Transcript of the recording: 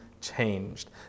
changed